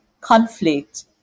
conflict